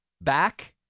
back